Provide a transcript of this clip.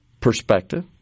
perspective